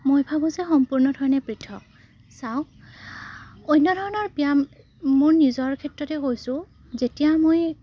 মই ভাবোঁ যে সম্পূৰ্ণ ধৰণে পৃথক চাওক অন্য ধৰণৰ ব্যায়াম মোৰ নিজৰ ক্ষেত্ৰতে কৈছোঁ যেতিয়া মই